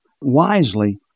wisely